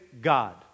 God